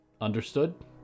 Understood